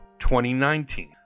2019